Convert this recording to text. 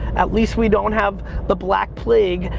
at least we don't have the black plague.